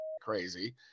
crazy